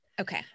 Okay